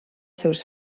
seus